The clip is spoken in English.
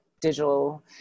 digital